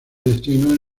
destinos